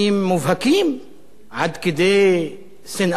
עד כדי שנאה לערבים בחלק מהערוצים.